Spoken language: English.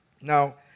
Now